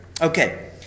Okay